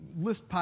list